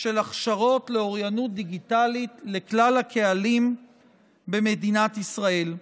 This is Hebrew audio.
של הכשרות לאוריינות דיגיטלית לכלל הקהלים במדינת ישראל.